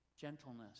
gentleness